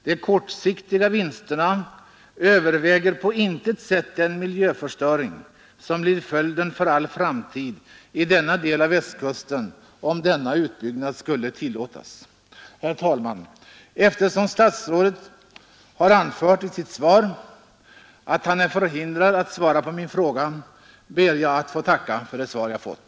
De kortsiktiga vinsterna överväger på intet sätt den miljöförstöring som blir följden för all framtid i denna del av Västkusten, om denna utbyggnad skulle tillåtas. Herr talman! Eftersom statsrådet i sitt svar anfört att han är förhindrad att svara på min fråga, ber jag att få tacka för det svar jag fått.